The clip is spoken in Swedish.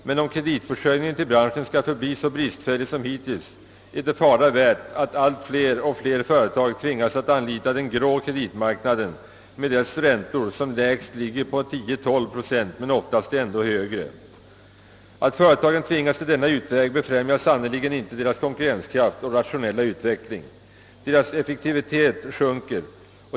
Men om kreditförsörjningen förblir så bristfällig som hittills är det fara värt att allt fler företag tvingas anlita den grå kreditmarknaden med dess räntor, som ligger på lägst 10 å 12 procent men oftast ännu högre. Om företagen tvingas till denna utväg befrämjar detta sannerligen inte deras konkurrenskraft och rationella utveckling, utan deras effektivitet sjunker.